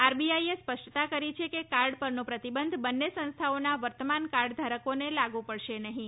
આરબીઆઈએ સ્પષ્ટતા કરી છે કે કાર્ડ પરનો પ્રતિબંધ બંને સંસ્થાઓના વર્તમાન કાર્ડ ધારકોને લાગુ પડશે નહીં